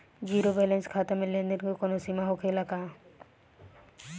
Zero balance खाता में लेन देन के कवनो सीमा होखे ला का?